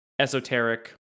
esoteric